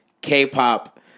K-pop